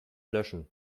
löschen